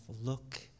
Look